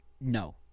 No